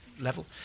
level